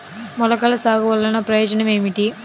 మొలకల సాగు వలన ప్రయోజనం ఏమిటీ?